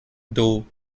though